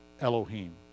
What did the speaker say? Elohim